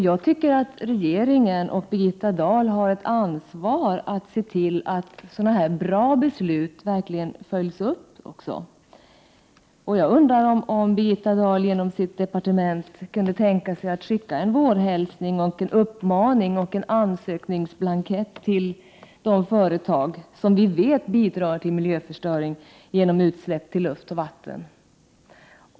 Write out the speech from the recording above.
Jag tycker att regeringen och Birgitta Dahl har ett ansvar att se till att sådana här bra beslut verkligen följs upp. Jag undrar om Birgitta Dahl kunde tänka sig att genom sitt departement skicka en vårhälsning med en uppmaning och en ansökningsblankett till de företag som vi vet bidrar till miljöförstöring genom utsläpp i luft och vatten.